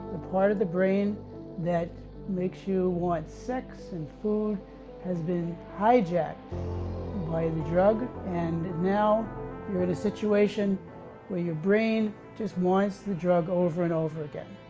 the part of the brain that makes you want sex and food has been hijacked by the drug, and now you're in a situation where your brain just wants the drug over and over again.